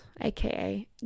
aka